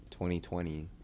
2020